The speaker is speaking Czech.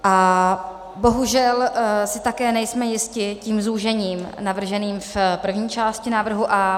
A bohužel si také nejsme jisti tím zúžením navrženým v první části návrhu A.